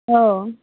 औ